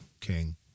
King